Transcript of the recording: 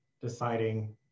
deciding